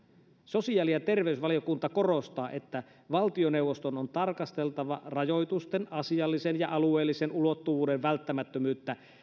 sosiaali ja terveysvaliokunta korostaa että valtioneuvoston on tarkasteltava rajoitusten asiallisen ja alueellisen ulottuvuuden välttämättömyyttä